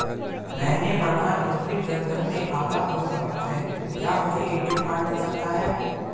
मैंने प्रधानमंत्री जन धन में खाता खोल रखा है क्या मुझे ए.टी.एम कार्ड मिल सकता है?